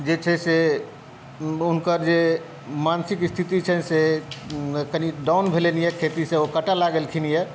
जे छै से हुनकर जे मानसिक स्थिति छै से कनि डाउन भेलनि यऽ खेतीसॅं ओ कटेय लागलखिन यऽ